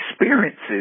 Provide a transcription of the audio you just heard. experiences